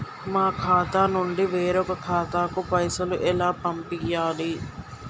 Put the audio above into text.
మా ఖాతా నుండి వేరొక ఖాతాకు పైసలు ఎలా పంపియ్యాలి?